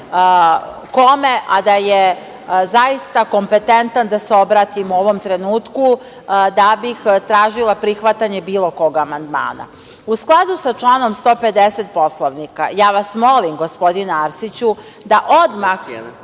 kome, a da je zaista kompetentan, da se obratim u ovom trenutku da bih tražila prihvatanje bilo kog amandmana.U skladu sa članom 150. Poslovnika, ja vas molim, gospodine Arsiću, da odmah